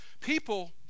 People